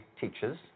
teachers